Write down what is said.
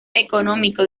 económico